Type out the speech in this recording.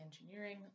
Engineering